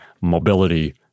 mobility